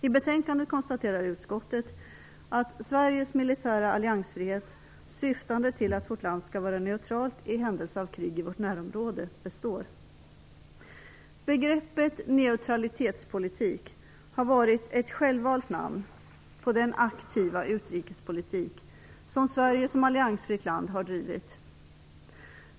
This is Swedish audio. I betänkandet konstaterar utskottet att Sveriges militära alliansfrihet, syftande till att vårt land skall vara neutralt i händelse av krig i vårt närområde, består. Begreppet neutralitetspolitik har varit ett självvalt namn på den aktiva utrikespolitik som Sverige som alliansfritt land har drivit.